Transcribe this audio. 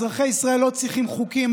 אזרחי ישראל לא צריכים חוקים,